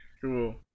Cool